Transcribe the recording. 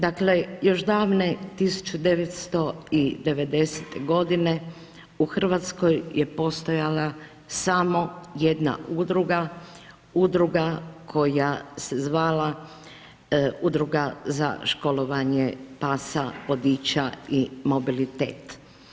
Dakle, još davne 1990. godine u Hrvatskoj je postojala samo jedna udruga, udruga koja se zavala Udruga za školovanje pasa vodiča i mobilitet.